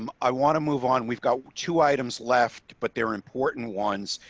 um i want to move on. we've got two items left but they're important ones.